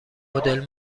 مدل